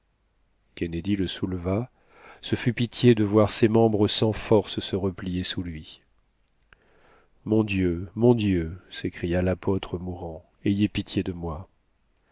kennedy le souleva ce fut pitié de voir ses membres sans forces se replier sous lui mon dieu mon dieu s'écria l'apôtre mourant ayez pitié de moi